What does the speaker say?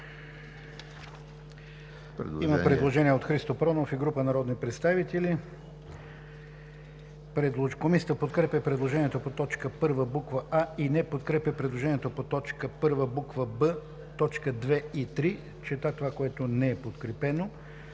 има предложение от Христо Проданов и група народни представители. Комисията подкрепя предложението по т. 1, буква „а“ и не подкрепя предложението по т. 1, буква „б“, т. 2 и 3. Чета това, което не е подкрепено: